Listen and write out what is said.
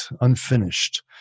unfinished